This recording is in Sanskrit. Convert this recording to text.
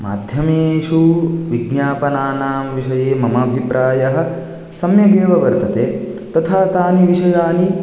माध्यमेषु विज्ञापनानां विषये मम अभिप्रायः सम्यगेव वर्तते तथा तानि विषयानि